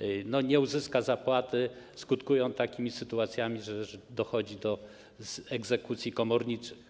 i nie uzyska zapłaty, skutkuje to takimi sytuacjami, że dochodzi do egzekucji komorniczych.